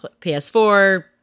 PS4